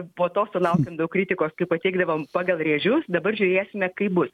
po to sulaukėm daug kritikos kai pateikdavom pagal rėžius dabar žiūrėsime kaip bus